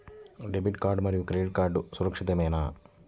Debit card మరియు credit card సురక్షితమేనా?